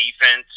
defense